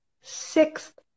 sixth